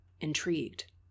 intrigued